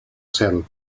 cel